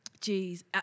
Jeez